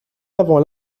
avant